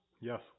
Yes